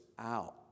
out